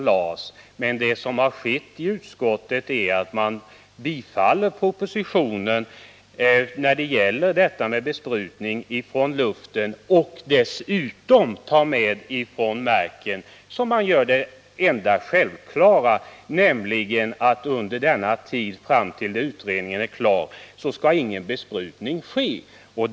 Vad som skett i utskottet är emellertid att man tillstyrker propositionens förslag beträffande besprutning från luften och dessutom låter förbudet innefatta besprutning från marken. Detta är alltså den enda och självklara åtgärd som föreslås, nämligen att ingen besprutning skall ske under tiden fram till dess att utredningen är klar.